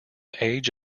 age